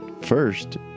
First